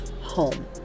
home